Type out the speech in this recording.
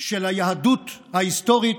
של היהדות ההיסטורית,